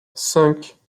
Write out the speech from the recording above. cinq